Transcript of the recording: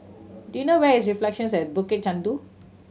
do you know where is Reflections at Bukit Chandu